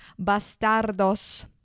bastardos